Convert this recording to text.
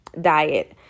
diet